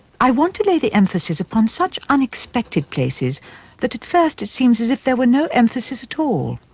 i want to lay the emphasis upon such unexpected places that at first it seems as if there were no emphasis at all.